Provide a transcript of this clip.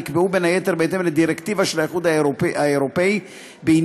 נקבעו בין היתר בהתאם לדירקטיבה של האיחוד האירופי בעניין